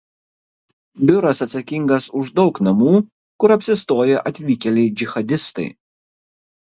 biuras atsakingas už daug namų kur apsistoję atvykėliai džihadistai